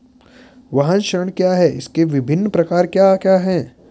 वाहन ऋण क्या है इसके विभिन्न प्रकार क्या क्या हैं?